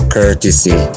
Courtesy